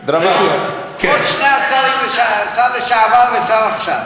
כבוד שני השרים, השר לשעבר והשר עכשיו,